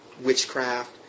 witchcraft